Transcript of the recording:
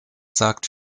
sagt